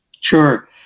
Sure